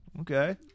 Okay